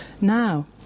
now